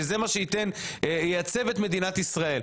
שזה מה שייצב את מדינת ישראל,